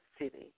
city